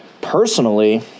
Personally